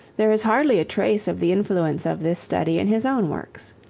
there is hardly a trace of the influence of this study in his own works.